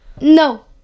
No